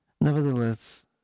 Nevertheless